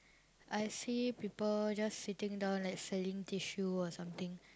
I see people just sitting down like selling tissue or something